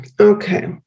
Okay